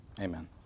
amen